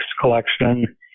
collection